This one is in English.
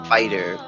Fighter